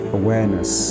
awareness